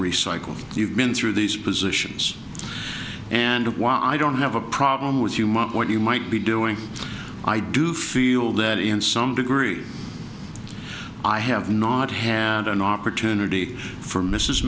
recycled you've been through these positions and of why i don't have a problem with you mark what you might be doing i do feel that in some degree i have not had an opportunity for mrs